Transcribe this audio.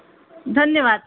धन्यवाद